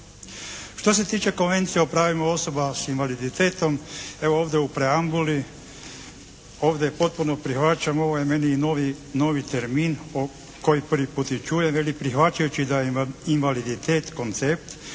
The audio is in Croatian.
Što se tiče Konvencije o pravima osoba s invaliditetom evo ovdje u preambuli, ovdje potpuno prihvaćam, ovo je meni i novi termin koji prvi put i čujem. Kaže prihvaćajući da je invaliditet koncept